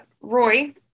Roy